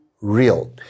real